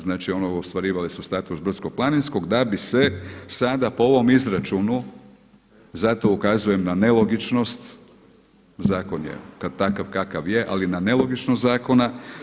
Znači ono ostvarivale su status brdsko-planinskog da bi se sada po ovom izračunu zato ukazujem na nelogičnost, zakon je takav kakav je ali na nelogičnost zakona.